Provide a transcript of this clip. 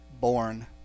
born